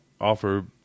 offer